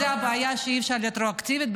זו הבעיה, שאי-אפשר רטרואקטיבית.